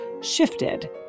shifted